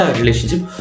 relationship